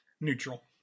neutral